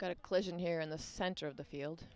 a question here in the center of the field